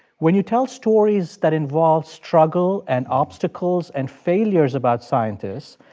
when you tell stories that involve struggle and obstacles and failures about scientists,